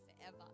forever